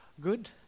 good